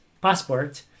passport